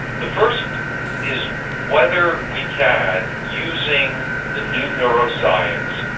the first is whether we can, using the new neuroscience,